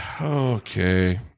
Okay